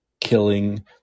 killing